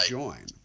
join